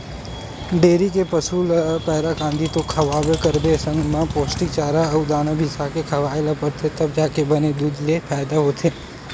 dairy के पसू ल पैरा, कांदी तो खवाबे करबे संग म पोस्टिक चारा अउ दाना बिसाके खवाए ल परथे तब जाके बने दूद ले फायदा होथे